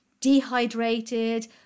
dehydrated